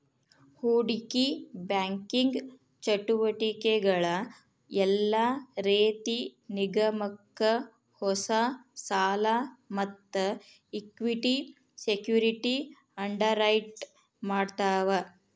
ಹೂಡಿಕಿ ಬ್ಯಾಂಕಿಂಗ್ ಚಟುವಟಿಕಿಗಳ ಯೆಲ್ಲಾ ರೇತಿ ನಿಗಮಕ್ಕ ಹೊಸಾ ಸಾಲಾ ಮತ್ತ ಇಕ್ವಿಟಿ ಸೆಕ್ಯುರಿಟಿ ಅಂಡರ್ರೈಟ್ ಮಾಡ್ತಾವ